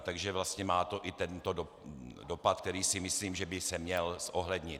Takže vlastně má to i tento dopad, který si myslím, že by se měl zohlednit.